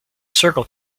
circle